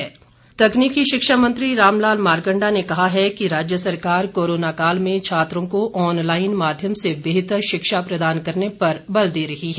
मारकण्डा तकनीकी शिक्षा मंत्री रामलाल मारकण्डा ने कहा है कि राज्य सरकार कोरोना काल में छात्रों को ऑनलाइन माध्यम से बेहतर शिक्षा प्रदान करने पर बल दे रही है